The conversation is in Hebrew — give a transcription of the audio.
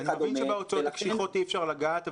אני מבין שבהוצאות הקשיחות אי אפשר לגעת,